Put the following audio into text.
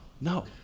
No